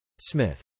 Smith